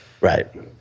Right